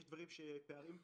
יש פערים,